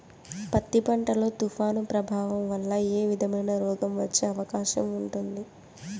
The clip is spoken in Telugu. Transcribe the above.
పత్తి పంట లో, తుఫాను ప్రభావం వల్ల ఏ విధమైన రోగం వచ్చే అవకాశం ఉంటుంది?